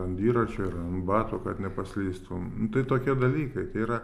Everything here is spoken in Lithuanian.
ant dviračio ir ant batų kad nepaslystum nu tai tokie dalykai yra